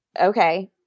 okay